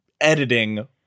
editing